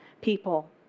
people